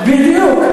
בדיוק,